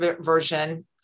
version